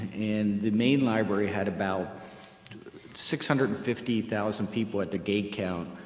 and the main library had about six hundred and fifty thousand people at the gate count.